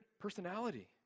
personality